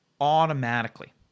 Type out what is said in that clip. automatically